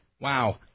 Wow